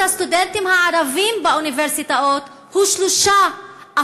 הסטודנטים הערבים באוניברסיטאות הוא 3%.